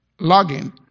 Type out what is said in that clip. login